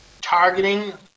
targeting